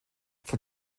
von